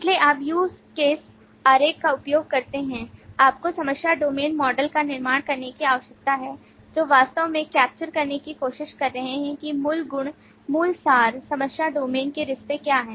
इसलिए आप use case आरेख का उपयोग करते हैं आपको समस्या डोमेन मॉडल का निर्माण करने की आवश्यकता है जो वास्तव में कैप्चर करने की कोशिश कर रहे हैं कि मूल गुण मुख्य सार समस्या डोमेन के रिश्ते क्या हैं